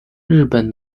日本